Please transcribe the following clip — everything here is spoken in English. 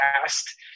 Past